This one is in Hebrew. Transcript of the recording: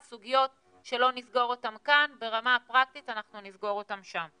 אז סוגיות שלא נסגור אותן כאן ברמה הפרקטית אנחנו נסגור אותן שם.